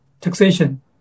taxation